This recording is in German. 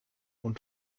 und